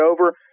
over